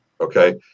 Okay